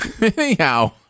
Anyhow